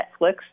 Netflix